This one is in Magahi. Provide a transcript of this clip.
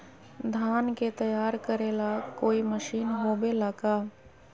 धान के तैयार करेला कोई मशीन होबेला का?